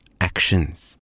actions